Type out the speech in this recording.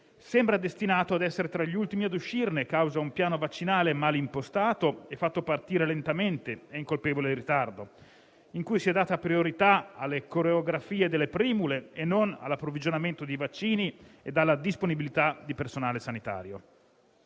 sembra destinato a essere tra gli ultimi a uscirne, a causa di un piano vaccinale male impostato e fatto partire lentamente e in colpevole ritardo, in cui si è data priorità alle coreografie delle primule e non all'approvvigionamento di vaccini e alla disponibilità di personale sanitario.